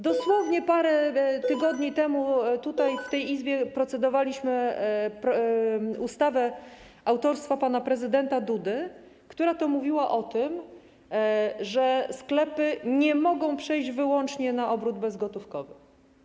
Dosłownie parę tygodni temu tutaj w tej Izbie procedowaliśmy nad ustawą autorstwa pana prezydenta Dudy, w której to ustawie była mowa o tym, że sklepy nie mogą przejść wyłącznie na obrót bezgotówkowy.